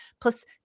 Plus